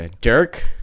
Dirk